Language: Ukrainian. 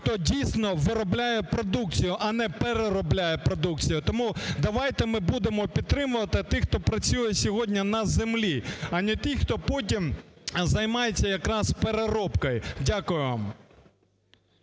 хто дійсно виробляє продукцію, а не переробляє продукцію. Тому давайте ми будемо підтримувати тих, хто працює сьогодні на землі, а не тих, хто потім займається якраз переробкою. Дякую вам.